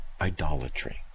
idolatry